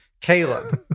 Caleb